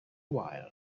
while